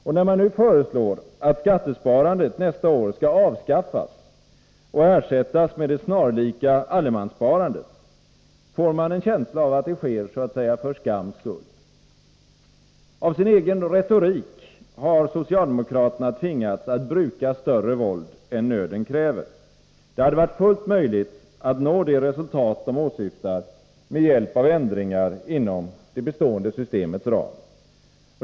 Och när man nu föreslår att skattesparandet nästa år skall avskaffas och ersättas med det snarlika allemanssparandet, får man en känsla av att det sker så att säga för skams skull. Av sin egen retorik har socialdemokraterna tvingats att bruka större våld än nöden kräver. Det hade varit fullt möjligt att nå det resultat de åsyftar med hjälp av ändringar inom det befintliga systemets ram.